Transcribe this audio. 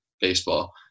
baseball